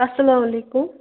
اَسلامُ علیکُم